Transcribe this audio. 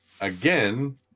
again